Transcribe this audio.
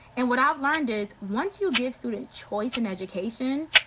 and what i've learned is once you give students choice in education,